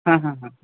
হ্যাঁ হ্যাঁ হ্যাঁ